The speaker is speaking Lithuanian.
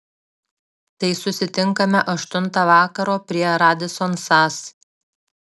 tai susitinkame aštuntą vakaro prie radisson sas